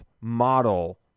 model